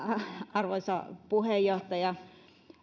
arvoisa puheenjohtaja